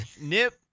Nip